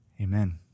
amen